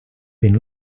been